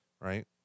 right